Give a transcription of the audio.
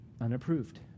unapproved